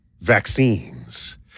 vaccines